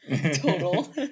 total